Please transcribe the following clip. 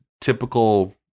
typical